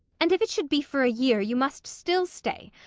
and if it should be for a year, you must still stay,